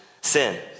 sin